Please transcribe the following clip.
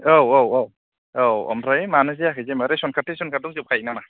औ औ औ औ ओमफ्राय मानो जायाखै जेनबा रेसन कार्ड थेसन कार्ड दंजोबखायो नामा